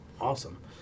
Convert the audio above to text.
awesome